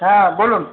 হ্যাঁ বলুন